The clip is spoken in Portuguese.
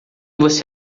você